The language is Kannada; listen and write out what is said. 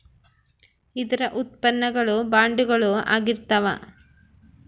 ಇದರ ಉತ್ಪನ್ನ ಗಳು ಬಾಂಡುಗಳು ಆಗಿರ್ತಾವ